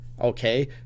okay